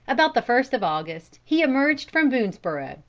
about the first of august he emerged from boonesborough,